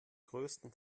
größten